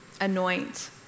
anoint